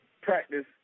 practice